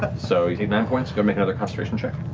so you take nine points, make another concentration check.